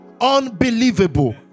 Unbelievable